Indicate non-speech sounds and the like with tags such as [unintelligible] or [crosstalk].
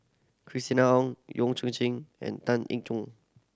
Christina Ong Yong [unintelligible] and Tan Eng [unintelligible]